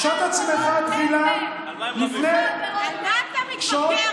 קשוט עצמך תחילה, על מה אתה מתווכח?